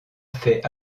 fait